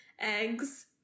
eggs